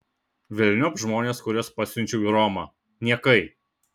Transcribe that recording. velniop žmones kuriuos pasiunčiau į romą niekai